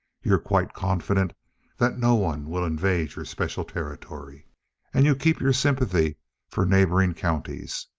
you're quite confident that no one will invade your special territory and you keep your sympathy for neighboring counties.